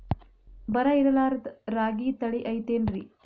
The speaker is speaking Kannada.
ಬರ ಇರಲಾರದ್ ರಾಗಿ ತಳಿ ಐತೇನ್ರಿ?